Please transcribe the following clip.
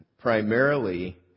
primarily